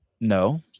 No